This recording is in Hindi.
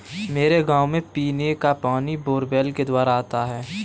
मेरे गांव में पीने का पानी बोरवेल के द्वारा आता है